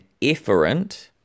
efferent